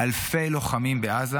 אלפי לוחמים בעזה,